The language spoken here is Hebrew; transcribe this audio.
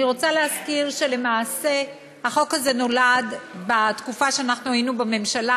אני רוצה להזכיר שלמעשה החוק הזה נולד בתקופה שאנחנו היינו בממשלה,